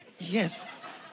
Yes